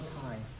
time